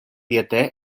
diete